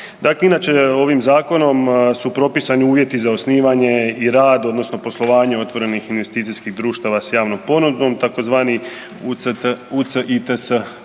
Da inače ovim Zakonom su propisani uvjeti za osnivanje i rad, odnosno poslovanje otvorenih investicijskih društava s javnom ponudom, tzv. UCITS